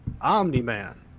Omni-Man